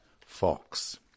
Fox